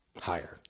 higher